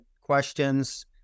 questions